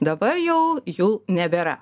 dabar jau jų nebėra